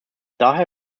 daher